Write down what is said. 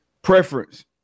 Preference